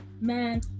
Man